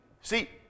See